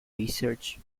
research